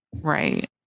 Right